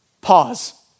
Pause